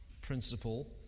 Principle